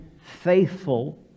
faithful